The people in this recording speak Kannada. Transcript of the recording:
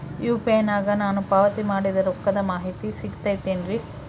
ಯು.ಪಿ.ಐ ನಾಗ ನಾನು ಪಾವತಿ ಮಾಡಿದ ರೊಕ್ಕದ ಮಾಹಿತಿ ಸಿಗುತೈತೇನ್ರಿ?